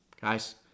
guys